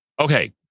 Okay